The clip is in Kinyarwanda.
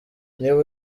niba